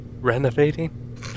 renovating